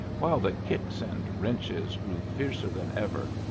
while the kicks and wrenches grew fiercer than ever,